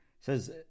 says